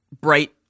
bright